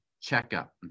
checkup